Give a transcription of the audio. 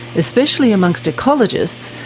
especially amongst ecologists,